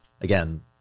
Again